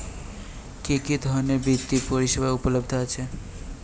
কি কি ধরনের বৃত্তিয় পরিসেবা উপলব্ধ আছে?